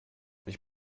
ich